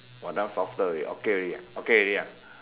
!wah! that one softer already okay already ah